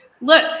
Look